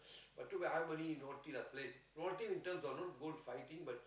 but to be harmony is naughty that place naughty in terms of don't go to fighting but